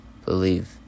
believe